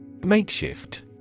Makeshift